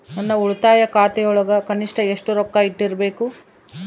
ನನ್ನ ಉಳಿತಾಯ ಖಾತೆಯೊಳಗ ಕನಿಷ್ಟ ಎಷ್ಟು ರೊಕ್ಕ ಇಟ್ಟಿರಬೇಕು?